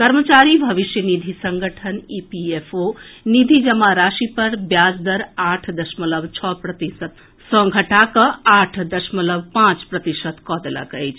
कर्मचारी भविष्य निधि संगठन ईपीएफओ निधि जमा राशि पर ब्याज दर आठ दशमलव छओ प्रतिशत सँ घटा कऽ आठ दशमलव पांच प्रतिशत कऽ देलक अछि